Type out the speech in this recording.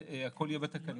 נכון.